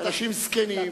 אנשים זקנים,